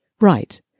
right